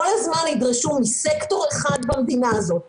הזמן ידרשו מסקטור אחד במדינה הזאת להתנדב,